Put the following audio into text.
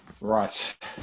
Right